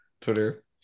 twitter